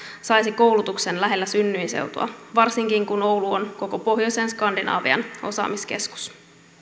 saisi koulutuksen lähellä synnyinseutua varsinkin kun oulu on koko pohjoisen skandinavian osaamiskeskus